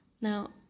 Now